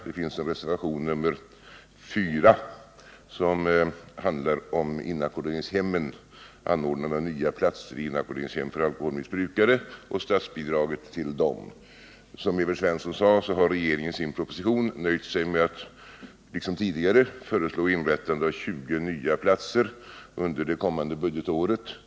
Det finns en reservation, nr 4, som handlar om anordnande av nya platser vid inackorderingshem för alkoholmissbrukare och statsbidraget till dessa. Som Evert Svensson sade har regeringen i sin proposition nöjt sig med att liksom tidigare föreslå inrättande av 20 nya platser under det kommande budgetåret.